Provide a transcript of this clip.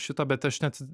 šito bet aš nets